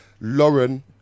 Lauren